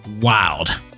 wild